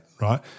right